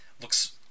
Looks